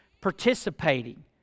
participating